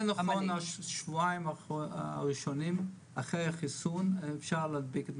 בשבועיים הראשונים אחרי החיסון אפשר להדביק?